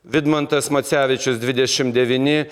vidmantas macevičius dvidešimt devyni